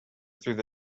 through